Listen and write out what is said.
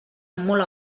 molt